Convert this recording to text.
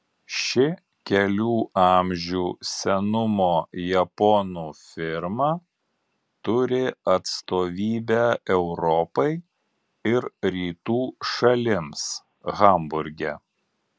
ši kelių amžių senumo japonų firma turi atstovybę europai ir rytų šalims hamburge